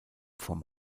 vom